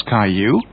Caillou